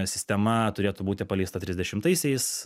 sistema turėtų būti paleista trisdešimtaisiais